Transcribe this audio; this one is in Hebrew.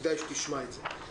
כדאי שתשמע את זה.